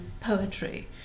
poetry